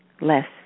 less